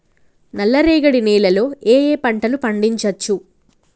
నల్లరేగడి నేల లో ఏ ఏ పంట లు పండించచ్చు?